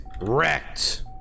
wrecked